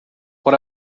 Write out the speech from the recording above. what